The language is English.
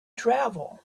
travel